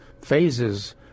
phases